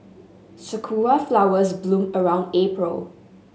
sakura flowers bloom around April